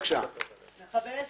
אל חכים